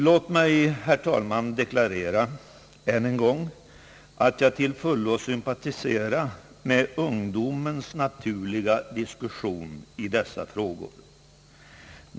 Låt mig, herr talman, deklarera än en gång att jag till fullo sympatiserar med ungdomens naturliga diskussion i dessa frågor.